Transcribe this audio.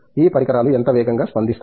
ఈ పరికరాలు ఎంత వేగంగా స్పందిస్తాయి